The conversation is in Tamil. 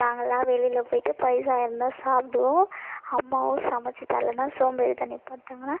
நாங்கெல்லாம் வெளியில் போய்விட்டு பைசா இருந்தால் சாப்பிடுவோம் அம்மாவும் சமைச்சி தரலைன்னா சோம்பேறித்தனி பட்டாங்கன்னால்